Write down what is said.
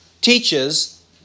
teaches